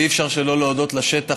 ואי-אפשר שלא להודות לשטח,